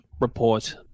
report